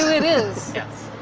it is? yes.